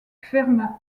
ferme